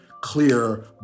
clear